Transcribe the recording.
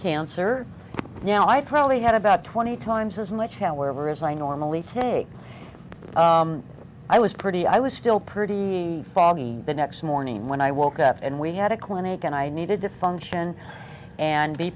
cancer now i probably had about twenty times as much however as i normally take i was pretty i was still pretty foggy the next morning when i woke up and we had a clinic and i needed to function and be